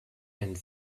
and